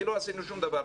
כי לא עשינו שום דבר,